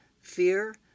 fear